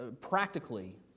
Practically